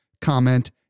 comment